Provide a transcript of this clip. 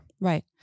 Right